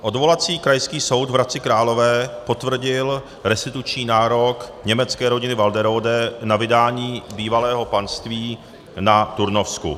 Odvolací Krajský soud v Hradci Králové potvrdil restituční nárok německé rodiny Walderode na vydání bývalého panství na Turnovsku.